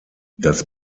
das